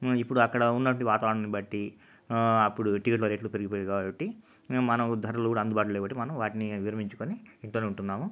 ఇప్పుడక్కడ ఉన్నటువంటి వాతావరణాన్ని బట్టి అప్పుడు ఇటీవల రేట్లు పెరిగిపోయాయి కాబట్టి మనం ధరలు అందుబాటలో లేవు కాబట్టి మనం వాటిని విరమించుకొని ఇంట్లోనే ఉంటున్నాము